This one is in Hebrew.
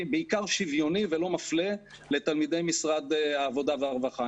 בעיקר שוויוני ולא מפלה לתלמידי משרד העבודה והרווחה.